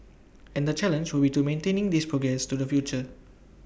and the challenge would to maintain this progress to the future